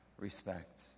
respect